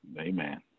Amen